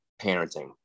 parenting